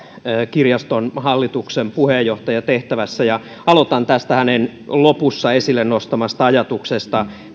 kirjaston hallituksen puheenjohtajan tehtävässä aloitan tästä hänen lopussa esiin nostamastaan ajatuksesta